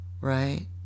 Right